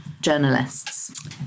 journalists